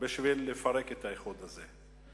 לפרק את האיחוד הזה.